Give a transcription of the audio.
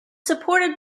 supported